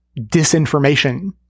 disinformation